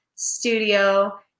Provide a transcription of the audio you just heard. studio